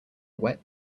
wet